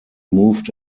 moved